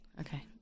Okay